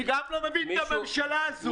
אני גם לא מבין את הממשלה הזאת.